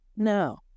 No